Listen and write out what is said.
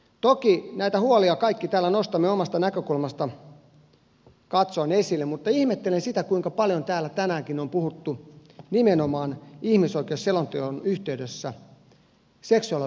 toki näitä huolia kaikki täällä nostamme omasta näkökulmastamme katsoen esille mutta ihmettelen sitä kuinka paljon täällä tänäänkin on puhuttu nimenomaan ihmisoikeusselonteon yhteydessä seksuaalivähemmistöjen oikeuksista